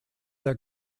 der